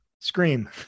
Scream